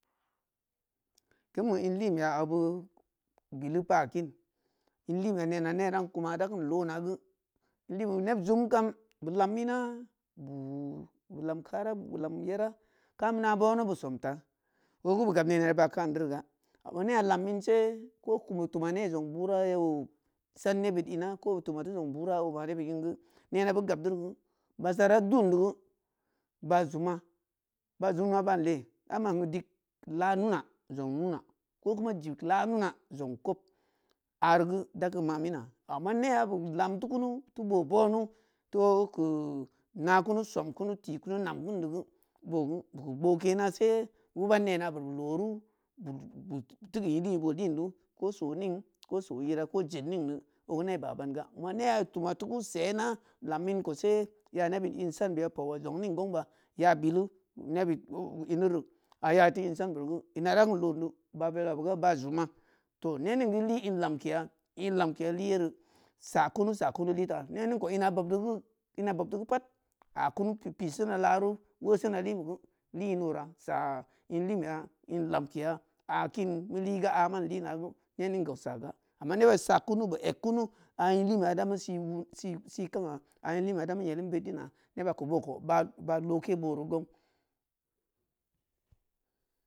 Kin bu inleemyeya obu billu paa kin inleemeya nehu neē dan kuma da kin loōna guu inleemeya di neb zum kam bu lam ina bu wuu bu lam kara, bu lam yedra kam nāa bunu bu som tāa oguu bu gab yeb da bu da baa kan duriya. Amma neaā lam nse ko kuma tom ne zong bura ya ō san nebud nna ko bu toma zong boru ya o ma nebud ngua nena bu gabdoo basa do ja dugu ba’a zomā baā zom ba ban lee ba ban dig laa nunaa zong nunaa ko kuma dig laa nunaa zong koob ari guu da kum maminaa ama neaā bu lam tikun ti boo bunu ti ki… nakunu, som kunu, tikunu, nam kumu di guu boo gu buki booke nase bu bom neaa bu roru buti soo ira ko jed neng di oguu nei baa banga um neaa bo tuma tikun sena lam in koose ya ne bit n sanbe bu pwaa zong neng gonba ya billu nebid nnuru aya ti nsanru ini da kin lon di yuu baā velhuwa ga baa zoom aā toh ne neng guu yi n lemkeya, nlemkeya lee yoro saa kunūsaa kunu leeta, ne neng koo nna bob guru pad aa kunu pi sena laru woo seena leemi guu le n ora saa nleena nlemkeya a kin mu leega aman leena guu ne neng koo saa ga ama neba bu saa kunu bu yeg kunu aā nleemeya da mu kin see won, kim aā, āa nleema da mu yelim bedin na neba koo baā loke boo ti gong.